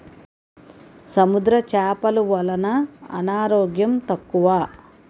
సముద్ర చేపలు వలన అనారోగ్యం తక్కువ